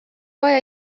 vaja